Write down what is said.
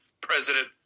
President